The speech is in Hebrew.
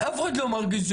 אף אחד לא מרגיש,